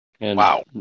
Wow